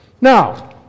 Now